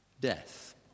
death